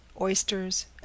oysters